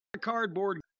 cardboard